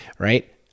right